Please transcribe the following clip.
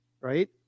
right